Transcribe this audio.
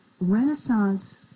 Renaissance